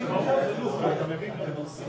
לשם.